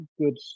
good